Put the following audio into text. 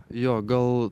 jo gal